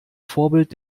vorbild